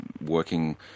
working